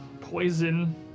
poison